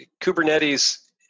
Kubernetes